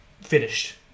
finished